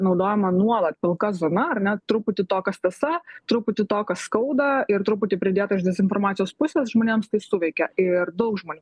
naudojama nuolat pilka zona ar ne truputį to kas tiesa truputį to ką skauda ir truputį pridėta iš dezinformacijos pusės žmonėms tai suveikia ir daug žmonių